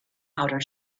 outer